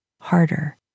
harder